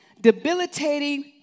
debilitating